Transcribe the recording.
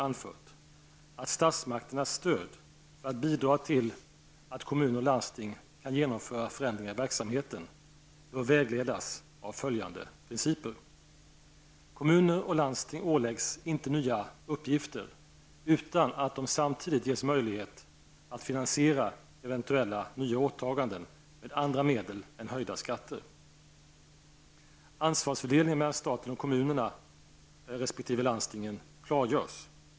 9) anfört att statsmakternas stöd för att bidra till att kommuner och landsting kan genomföra förändringar i verksamheten bör vägledas av följande principer: -- Kommuner och landsting åläggs inte nya uppgifter utan att de samtidigt ges möjlighet att finansiera eventuella nya åtaganden med andra medel än höjda skatter. -- Ansvarsfördelningen mellan staten och kommunerna resp. landstingen klargörs.